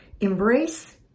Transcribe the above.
Embrace